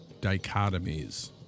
dichotomies